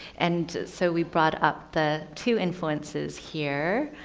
and so we brought up the two influences here.